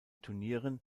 turnieren